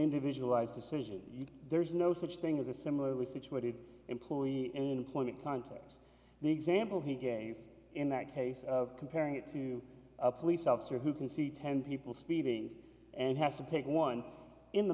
individualized decision there's no such thing as a similarly situated employee employment context the example he gave in that case of comparing it to a police officer who can see ten people speeding and has to take one in the